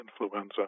influenza